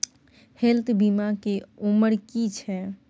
Health बीमा के उमर की छै?